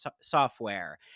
software